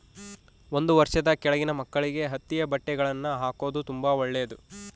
ಒಂದು ವರ್ಷದ ಕೆಳಗಿನ ಮಕ್ಕಳಿಗೆ ಹತ್ತಿಯ ಬಟ್ಟೆಗಳ್ನ ಹಾಕೊದು ತುಂಬಾ ಒಳ್ಳೆದು